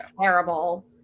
terrible